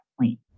point